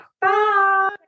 Bye